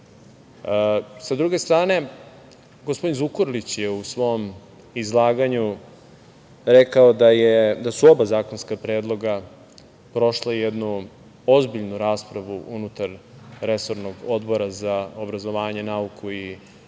Sa druge strane, gospodin Zukorlić je u svom izlaganju rekao da su oba zakonska predloga prošla jednu ozbiljnu raspravu unutar resornog Odbora za obrazovanje, nauku i tehnološki